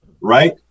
right